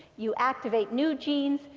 you activate new genes.